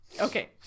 Okay